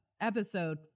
episode